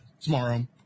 tomorrow